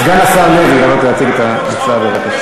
אני הייתי סוגר את הישיבה עכשיו.